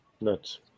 Nuts